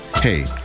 Hey